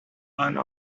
one